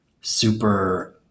super